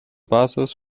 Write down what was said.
basis